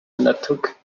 undertook